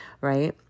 right